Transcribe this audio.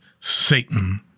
Satan